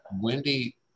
Wendy